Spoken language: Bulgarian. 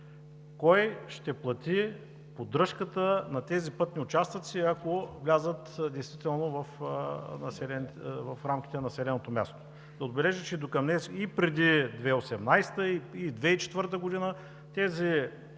кой ще плати поддръжката на тези пътни участъци, ако влязат действително в рамките на населеното място. Да отбележа, че докъм днес и преди 2018 г., и 2004 г. тези